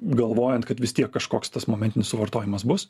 galvojant kad vis tiek kažkoks tas momentinis suvartojimas bus